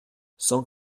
cent